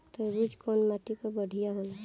तरबूज कउन माटी पर बढ़ीया होला?